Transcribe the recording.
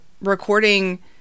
recording